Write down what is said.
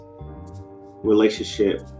relationship